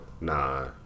Nah